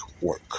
work